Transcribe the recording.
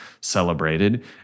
celebrated